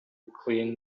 clean